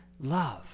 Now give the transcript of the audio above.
love